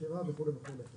מכירה וכל הדברים האלה.